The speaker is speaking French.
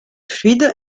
fluides